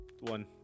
one